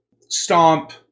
stomp